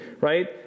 right